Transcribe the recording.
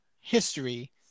history